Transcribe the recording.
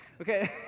Okay